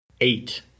eight